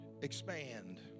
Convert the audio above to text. expand